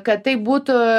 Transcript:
kad tai būtų